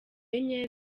enye